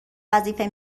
وظیفه